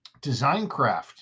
Designcraft